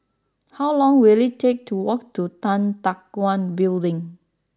how long will it take to walk to Tan Teck Guan Building